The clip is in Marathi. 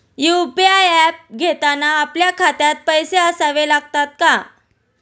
यु.पी.आय ऍप घेताना आपल्या खात्यात पैसे असावे लागतात का?